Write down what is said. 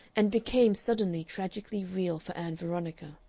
and became suddenly tragically real for ann veronica.